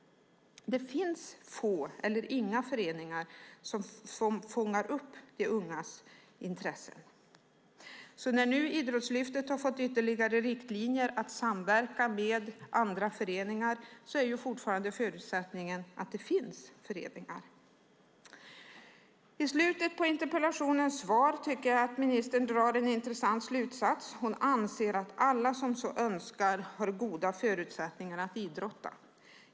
Det finns inga föreningar som fångar upp de ungas intressen. När nu Idrottslyftet har fått ytterligare riktlinjer att samverka med andra föreningar är förutsättningen fortfarande att det finns föreningar. I slutet på interpellationssvaret drar ministern en intressant slutsats. Hon anser att alla "som så önskar har goda förutsättningar att idrotta".